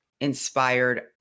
Inspired